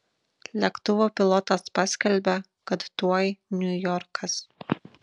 lėktuvo pilotas paskelbia kad tuoj niujorkas